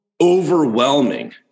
overwhelming